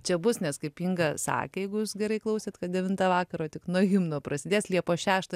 čia bus nes kaip inga sakė jeigu jūs gerai klausėt kad devintą vakaro tik nuo himno prasidės liepos šeštą